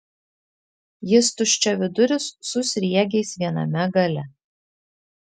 jis tuščiaviduris su sriegiais viename gale